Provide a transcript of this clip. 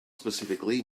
specifically